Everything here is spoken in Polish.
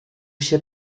się